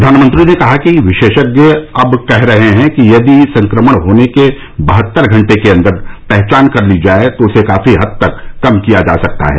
प्रधानमंत्री ने कहा कि विशेषज्ञ अब कह रहे हैं कि यदि संक्रमण होने के बहत्तर घंटे के अन्दर पहचान कर ली जाए तो उसे काफी हद तक कम किया जा सकता है